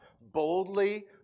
boldly